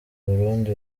burundi